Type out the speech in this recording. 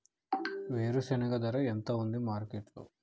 వేరుశెనగ ధర ఎంత ఉంది మార్కెట్ లో?